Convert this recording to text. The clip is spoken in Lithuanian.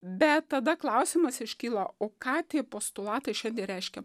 bet tada klausimas iškilo o ką tie postulatai šiandien reiškia